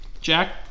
Jack